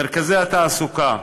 מרכזי התעסוקה,